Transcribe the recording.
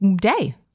day